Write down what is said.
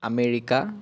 America